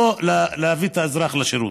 לא להביא את האזרח אל השירות.